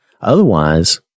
Otherwise